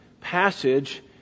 passage